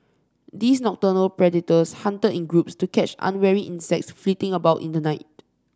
these nocturnal predators hunted in groups to catch unwary insects flitting about in the night